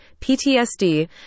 PTSD